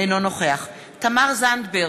תמר זנדברג,